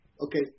Okay